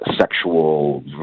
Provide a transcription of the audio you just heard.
sexual